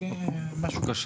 משהו קטן.